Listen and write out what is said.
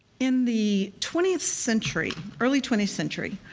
in the twentieth century, early twentieth century,